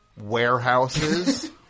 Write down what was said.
warehouses